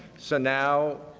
so now